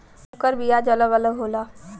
सब कर बियाज अलग अलग होला